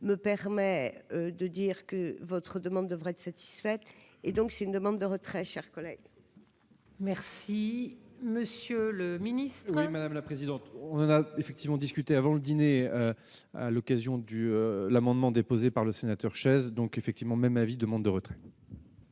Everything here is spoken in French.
me permet de dire que votre demande devra être satisfaite et donc c'est une demande de retrait chers collègues. Merci, Monsieur le Ministre. Oui, madame la présidente, on a effectivement discuté avant le dîner, à l'occasion du l'amendement déposé par le sénateur chaises donc effectivement même avis demande de retour.